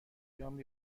بیام